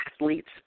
athletes